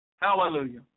Hallelujah